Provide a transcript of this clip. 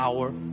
Power